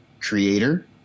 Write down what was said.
creator